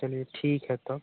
चलिए ठीक है तब